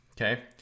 Okay